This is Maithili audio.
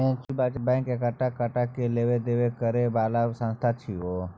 म्यूच्यूअल बचत बैंक एकटा टका के लेब देब करे बला संस्था छिये